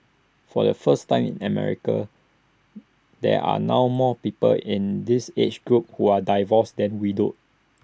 for the first time in America there are now more people in this age group who are divorced than widowed